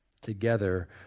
Together